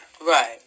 Right